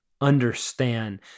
understand